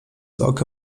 oka